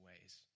ways